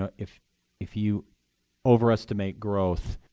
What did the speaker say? ah if if you overestimate growth,